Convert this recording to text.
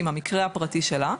עם המקרה הפרטי שלה?